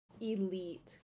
elite